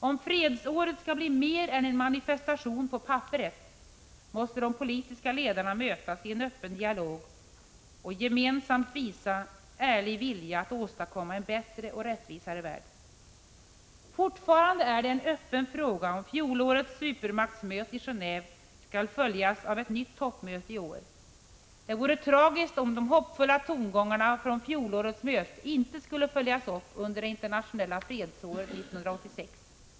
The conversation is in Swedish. Om fredsåret skall bli mer än en manifestation på papperet måste de politiska ledarna mötas i en öppen dialog och gemensamt visa ärlig vilja att åstadkomma en bättre och rättvisare värld. Fortfarande är det en öppen fråga om fjolårets supermaktsmöte i Genéve skall följas av ett nytt toppmöte i år. Det vore tragiskt om de hoppfulla tongångarna från fjolårets möte inte skulle följas upp under det internationella fredsåret 1986.